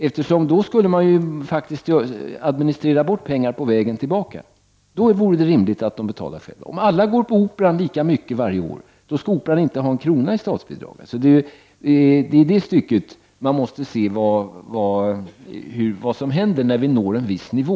På så sätt skulle man ju faktiskt administrera bort pengar på vägen tillbaka. Det vore i så fall rimligt att de betalade själva. Om alla går på Operan lika mycket varje år, skall Operan inte ha en krona i statsbidrag. Det är i det stycket man måste se vad som händer när vi når en viss nivå.